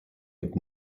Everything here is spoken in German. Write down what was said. mit